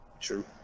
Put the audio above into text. true